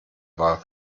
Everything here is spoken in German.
war